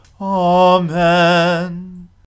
Amen